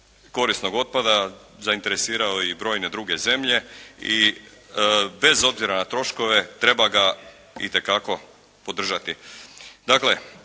korisnog otpada zainteresirao i brojne druge zemlje i bez obzira na troškove treba ga itekako podržati.